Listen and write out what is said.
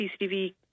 CCTV